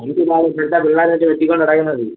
ഇപ്പോഴത്തെ പിള്ളേരൊക്കെ വെട്ടി കൊണ്ട് നടക്കുന്നത്